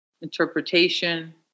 interpretation